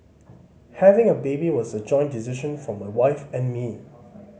having a baby was a joint decision for my wife and me